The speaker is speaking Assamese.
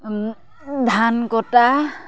ধান কটা